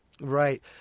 Right